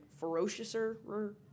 ferociouser